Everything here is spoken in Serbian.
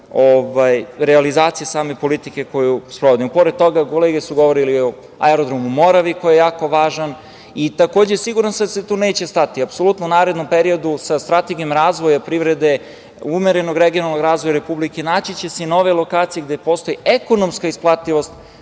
realizacije same politike koju sprovodimo. Pored toga, kolege su govorile i o aerodromu „Moravi“, koji je jako važan. Siguran sam da se tu neće stati. Apsolutno, u narednom periodu, sa strategijom razvoja privrede, umerenog regionalnog razvoja Republike, naći će se i nove lokacije gde postoji ekonomska isplativost